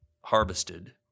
harvested